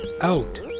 out